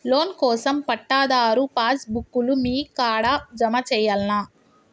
Loan కోసం పట్టాదారు passbook లు మీ కాడా జమ చేయల్నా?